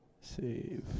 save